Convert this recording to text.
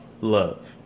love